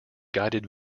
guided